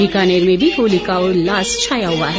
बीकानेर में भी होली का उल्लास छाया हुआ है